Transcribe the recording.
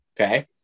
Okay